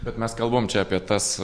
bet mes kalbam apie tas